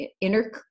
inner